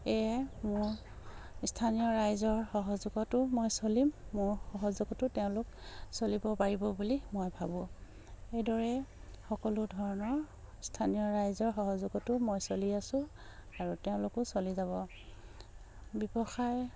এয়াই মোৰ স্থানীয় ৰাইজৰ সহযোগতো মই চলিম মোৰ সহযোগতো তেওঁলোক চলিব পাৰিব বুলি মই ভাবোঁ এইদৰে সকলো ধৰণৰ স্থানীয় ৰাইজৰ সহযোগতো মই চলি আছোঁ আৰু তেওঁলোকো চলি যাব ব্যৱসায়